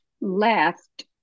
left